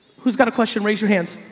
who's got a question? raise your hands.